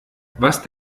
was